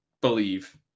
believe